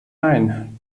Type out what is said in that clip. nein